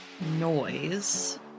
noise